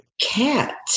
cat